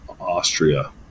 Austria